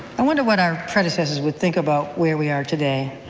i wonder what our predecessors would think about where we are today.